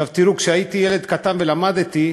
תראו, כשהייתי ילד קטן ולמדתי,